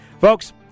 Folks